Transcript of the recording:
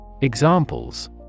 Examples